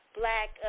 black